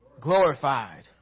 glorified